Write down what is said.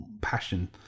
passion